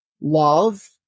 love